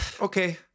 Okay